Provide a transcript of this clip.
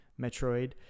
Metroid